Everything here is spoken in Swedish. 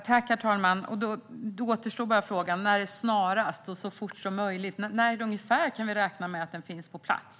Herr talman! Då återstår bara frågan när "snarast" och "så fort som möjligt" är. När ungefär kan vi räkna med att den finns på plats?